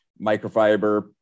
microfiber